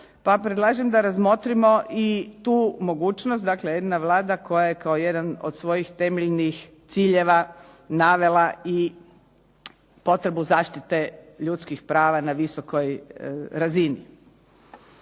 predlažem da razmotrimo i tu mogućnost, dakle jedna Vlada koja je kao jedan od svojih temeljnih ciljeva navela i potrebu zaštite ljudskih prava na visokoj razini.